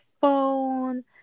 phone